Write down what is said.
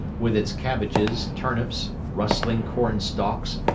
with its cabbages, turnips, rustling corn-stalks,